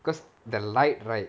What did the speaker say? because the light right